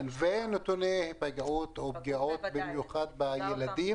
אני שואל לגבי נתוני היפגעות או פגיעות במיוחד בקרב הילדים.